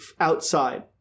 outside